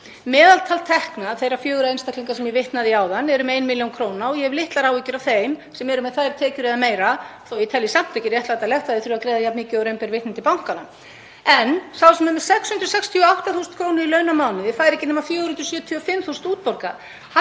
Meðaltal tekna þeirra fjögurra einstaklinga sem ég vitnaði í áðan er um 1 milljón króna og ég hef litlar áhyggjur af þeim sem eru með þær tekjur eða meira, þó að ég telji samt ekki réttlætanlegt að þeir þurfi að greiða jafn mikið og raun ber vitni til bankanna. En sá sem er með 668.000 kr. í laun á mánuði fær ekki nema 475.000 kr. útborgaðar.